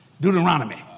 Deuteronomy